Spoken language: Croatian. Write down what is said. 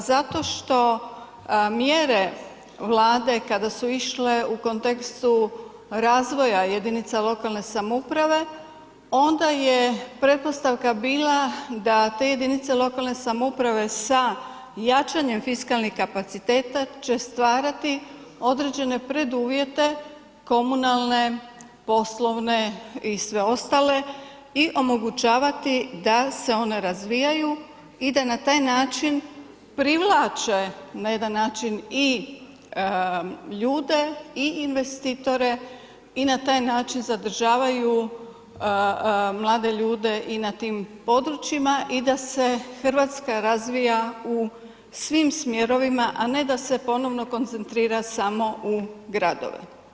Pa zato što mjere Vlade kada su išle u kontekstu razvoja jedinica lokalne samouprave onda je pretpostavka bila da te jedinice lokalne samouprave sa jačanjem fiskalnih kapaciteta će stvarati određene preduvjete komunalne, poslovne i sve ostale i omogućavati da se one razvijaju i da na taj način privlače na jedan način i ljude i investitore i na taj način zadržavaju mlade ljude i na tim područjima i da se Hrvatska razvija u svim smjerovima a ne da se ponovno koncentrira samo u gradove.